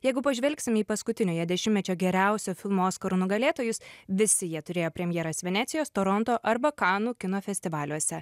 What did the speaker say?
jeigu pažvelgsim į paskutiniojo dešimtmečio geriausio filmo oskarų nugalėtojus visi jie turėjo premjeras venecijos toronto arba kanų kino festivaliuose